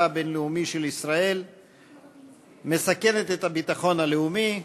הבין-לאומי של ישראל מסכנת את הביטחון הלאומי.